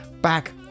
Back